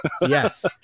yes